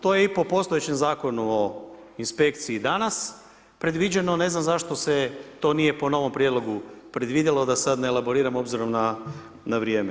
To je i po postojećeg Zakonu o inspekciji danas, predviđeno, ne znam zašto se to nije po novom prijedlogu predvidj4elo, da sada ne elaboriram obzirom na vrijeme.